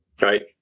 right